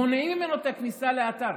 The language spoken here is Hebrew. מונעים ממנו את הכניסה לאתר.